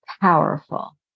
powerful